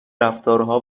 رفتارها